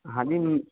हाँ जी